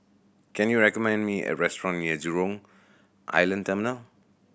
can you recommend me a restaurant near Jurong Island Terminal